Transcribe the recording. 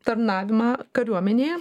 tarnavimą kariuomenėje